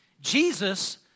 Jesus